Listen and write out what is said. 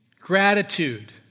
Gratitude